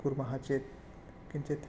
कुर्मः चेत् किञ्चित्